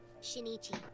Shinichi